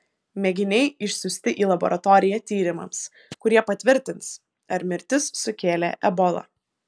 mėginiai išsiųsti į laboratoriją tyrimams kurie patvirtins ar mirtis sukėlė ebola